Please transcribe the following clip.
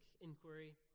inquiry